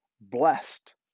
blessed